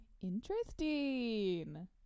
Interesting